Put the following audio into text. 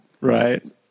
Right